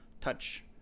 touch